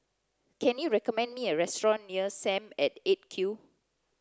can you recommend me a restaurant near S A M at eight Q